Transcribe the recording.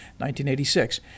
1986